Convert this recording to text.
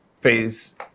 phase